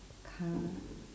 car